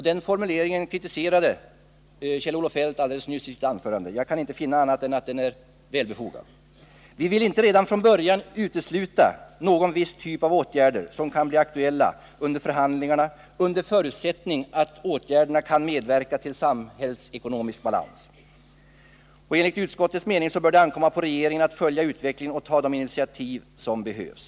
Den formuleringen kritiserade Kjell-Olof Feldt alldeles nyss i sitt anförande. Jag kan inte finna annat än att den är välmotiverad. Vi vill inte redan från början utesluta någon viss typ av åtgärder som kan bli aktuella under förhandlingarna, under förutsättning att åtgärderna kan medverka till samhällsekonomisk balans. Enligt utskottets mening bör det ankomma på regeringen att följa utvecklingen och ta de initiativ som behövs.